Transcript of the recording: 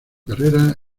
carrera